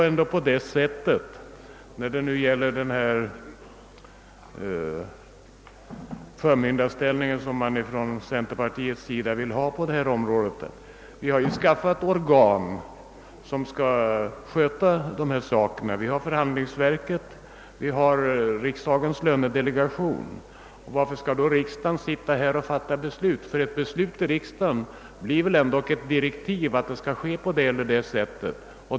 Från centerpartiets sida vill man ha en förmyndarställning på detta område. Men vi har ju skapat organ som skall sköta dessa ting — vi har avtalsverket och vi har riksdagens lönedelegation. Varför skall då riksdagen fatta ett beslut? Ett beslut i riksdagen blir väl ändå ett direktiv att det skall ske på det eller det sättet.